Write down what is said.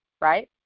right